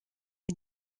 les